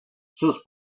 sus